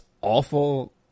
awful